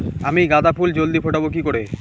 আমি গাঁদা ফুল জলদি ফোটাবো কি করে?